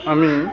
আমি